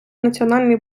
національної